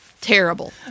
Terrible